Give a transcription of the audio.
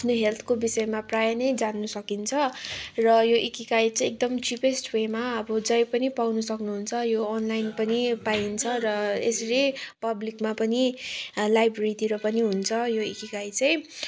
आफ्नो हेल्थको विषयमा प्रायः नै जान्न सकिन्छ र यो इकिगाई चाहिँ एकदमै चिपेस्ट वेमा अब जहीँ पनि पाउन सक्नुहुन्छ यो अनलाइन पनि पाइन्छ र यसरी पब्लिकमा पनि लाइब्रेरीतिर पनि हुन्छ यो इकिगाई चाहिँ